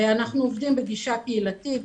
אנחנו עובדים בגישה קהילתית,